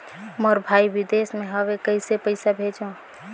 मोर भाई विदेश मे हवे कइसे पईसा भेजो?